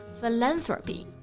Philanthropy